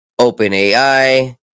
OpenAI